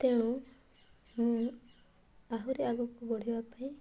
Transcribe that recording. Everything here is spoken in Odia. ତେଣୁ ମୁଁ ଆହୁରି ଆଗକୁ ବଢ଼ିବା ପାଇଁ